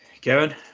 Kevin